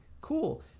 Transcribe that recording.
cool